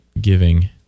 giving